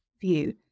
view